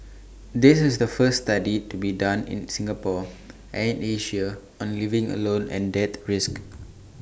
this is the first study to be done in Singapore and Asia on living alone and death risk